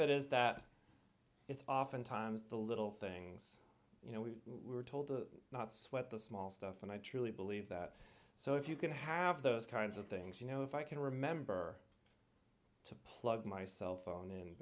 it is that it's oftentimes the little things you know we were told to not sweat the small stuff and i truly believe that so if you can have those kinds of things you know if i can remember to plug my cellphone